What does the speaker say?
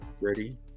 ready